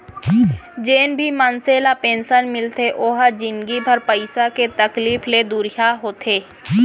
जेन भी मनसे ल पेंसन मिलथे ओ ह जिनगी भर पइसा के तकलीफ ले दुरिहा होथे